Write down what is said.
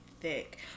Thick